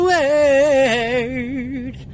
Word